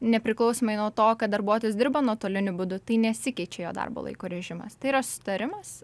nepriklausomai nuo to kad darbuotojas dirba nuotoliniu būdu tai nesikeičia jo darbo laiko režimas tai yra susitarimas